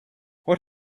what